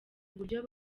uburyo